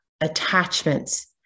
attachments